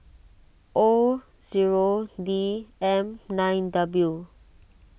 O zero D M nine W